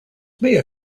may